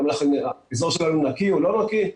האם האזור שלנו נקי או לא נקי?